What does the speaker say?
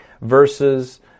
versus